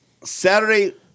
Saturday